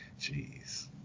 Jeez